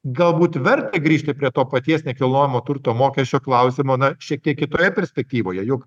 galbūt verta grįžti prie to paties nekilnojamo turto mokesčio klausimo na šiek tiek kitoje perspektyvoje juk